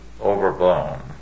overblown